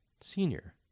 senior